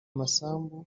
masambu